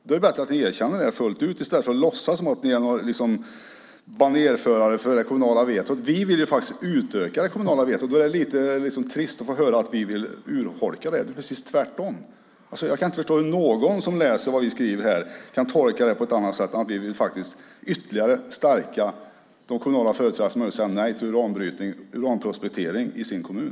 Det är bättre att ni erkänner det fullt ut i stället för att låtsas som att ni är banerförare för det kommunala vetot. Vi vill faktiskt utöka det kommunala vetot. Då är det lite trist att höra er påstå att vi vill urholka det. Det är ju precis tvärtom. Jag kan inte förstå hur någon som läser det vi skriver kan tolka detta på annat sätt än att vi ytterligare vill stärka de kommunala företrädarnas möjlighet att säga nej till uranprospektering i sin kommun.